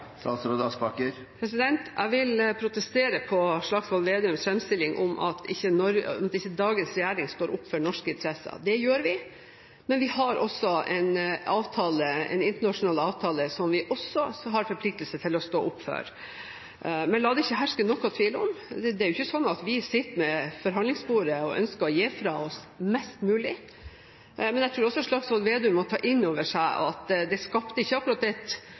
Jeg vil protestere på Slagsvold Vedums framstilling om at ikke dagens regjering står opp for norske interesser. Det gjør vi, men vi har en internasjonal avtale som vi også har forpliktelser til å stå opp for. Men la det ikke herske noen tvil: Det er jo ikke slik at vi sitter ved forhandlingsbordet og ønsker å gi fra oss mest mulig. Men jeg tror også at Slagsvold Vedum må ta inn over seg at det skapte ikke akkurat